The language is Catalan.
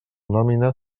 nòmina